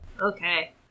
Okay